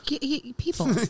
people